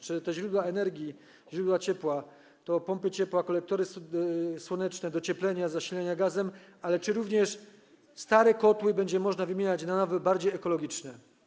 Czy te źródła energii, źródła ciepła to pompy ciepła, kolektory słoneczne, docieplenie, zasilenie gazem, ale czy również stare kotły będzie można wymieniać na nowe, bardziej ekologiczne?